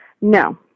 No